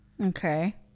okay